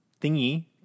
Thingy